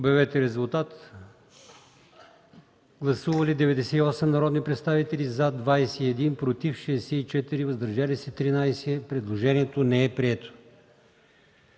от комисията. Гласували 106 народни представители: за 11, против 29, въздържали се 66. Предложението не е прието.